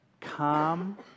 calm